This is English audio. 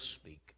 speak